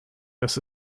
das